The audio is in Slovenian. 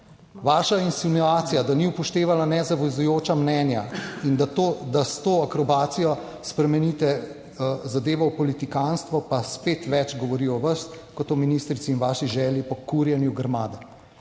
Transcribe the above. Vaša insinuacija, da ni upoštevala nezavezujoča mnenja in da s to akrobacijo spremenite zadevo v politikantstvo, pa spet več govori o vas kot o ministrici in vaši želji po kurjenju grmade.